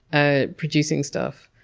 ah producing stuff.